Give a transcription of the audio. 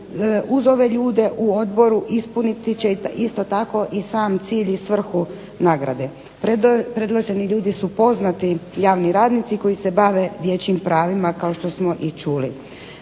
uz ove ljude u odboru ispunit će isto tako i sam cilj i svrhu nagrade. Predloženi ljudi su poznati javni radnici koji se bave dječjim pravima kao što smo i čuli.